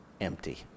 empty